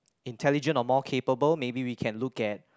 intelligent or more capable maybe we can look at